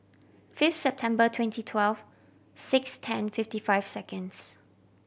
fifth September twenty twelve six ten fifty five seconds